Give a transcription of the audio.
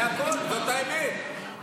זה הכול, זאת האמת ההיסטורית.